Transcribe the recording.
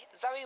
Zoe